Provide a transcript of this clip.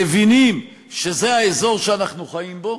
מבינים שזה האזור שאנחנו חיים בו,